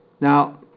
Now